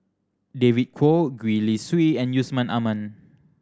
David Kwo Gwee Li Sui and Yusman Aman